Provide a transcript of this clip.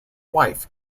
wife